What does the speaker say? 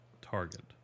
Target